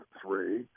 three